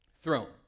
throne